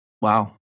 wow